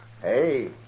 Hey